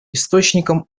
источником